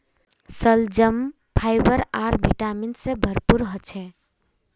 शलजम फाइबर आर विटामिन से भरपूर ह छे